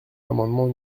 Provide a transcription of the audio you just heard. l’amendement